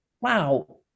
wow